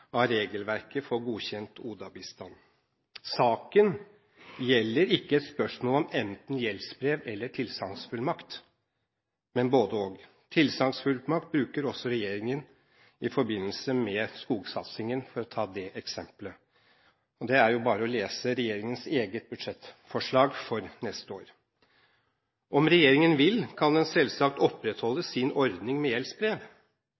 av regelverket for godkjent ODA-bistand. Saken gjelder ikke spørsmål om enten gjeldsbrev eller tilsagnsfullmakt, men både – og. Tilsagnsfullmakt bruker også regjeringen i forbindelse med f.eks. skogsatsingen. Det er jo bare å lese regjeringens eget budsjettforslag for neste år. Om regjeringen vil, kan den selvsagt opprettholde sin ordning med gjeldsbrev.